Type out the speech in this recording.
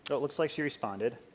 so l ooks like she responded.